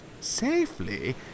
Safely